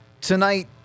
Tonight